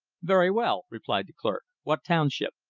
very well, replied the clerk, what township?